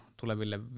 tuleville